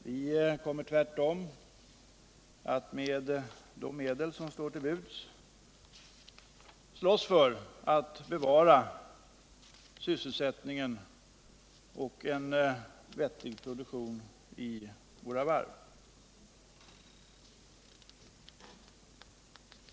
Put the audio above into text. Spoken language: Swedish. Vi kommer tvärtom att med de medel som står till buds slåss för att bevara sysselsättningen och en vettig produktion vid våra varv.